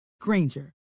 Granger